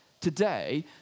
today